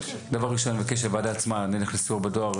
אני מבקש שהוועדה עצמה נלך לסיור בדואר,